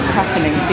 happening